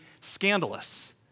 scandalous